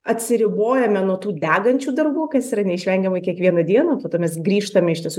atsiribojame nuo tų degančių darbų kas yra neišvengiamai kiekvieną dieną tada mes grįžtame iš tiesų